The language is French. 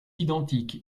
identique